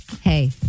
hey